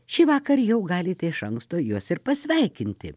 šįvakar jau galite iš anksto juos ir pasveikinti